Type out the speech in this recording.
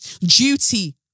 Duty